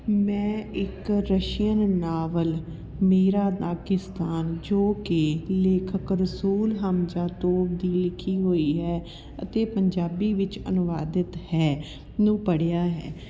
ਮੈਂ ਇੱਕ Russian novel ਮੇਰਾ ਦਾਗੀਸਤਾਨ ਜੋ ਕਿ ਲੇਖਕ ਰਸੂਲ ਹਮਜਾ ਤੂਬ ਦੀ ਲਿਖੀ ਹੋਈ ਹੈ ਅਤੇ ਪੰਜਾਬੀ ਵਿੱਚ ਅਨੁਵਾਦਿਤ ਹੈ ਨੂੰ ਪੜ੍ਹਿਆ ਹੈ